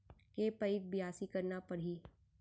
के पइत बियासी करना परहि?